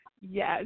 Yes